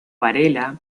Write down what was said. varela